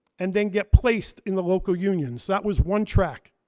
and then get placed in the local unions. that was one track.